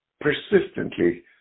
persistently